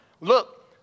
Look